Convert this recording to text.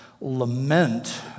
lament